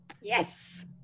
Yes